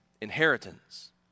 inheritance